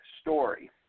story